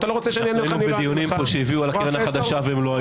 אתה לא רוצה שאני אענה לך אני לא אענה לך.